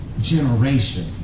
generation